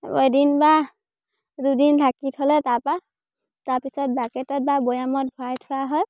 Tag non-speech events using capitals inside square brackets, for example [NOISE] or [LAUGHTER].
[UNINTELLIGIBLE] এদিন বা দুদিন ঢাকি থ'লে তাৰপৰা তাৰপিছত বাকেটত বা বৈয়ামত ভৰাই থোৱা হয়